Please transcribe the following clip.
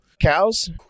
cows